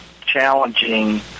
challenging